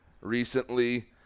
recently